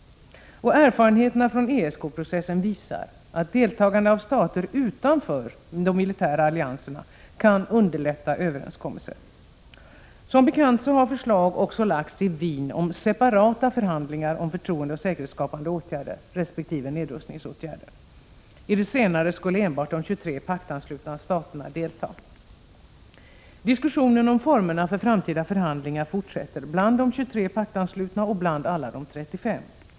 Erfarenheterna från ESK-processen visar att deltagande av stater utanför de militära allianserna kan underlätta överenskommelser. Som bekant har förslag även framlagts i Wien om separata förhandlingar om förtroendeoch säkerhetsskapande åtgärder resp. nedrustningsåtgärder. I de senare skulle enbart de 23 paktanslutna staterna delta. Diskussionen om formerna för framtida förhandlingar fortsätter bland de 23 paktanslutna och bland alla de 35.